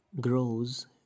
grows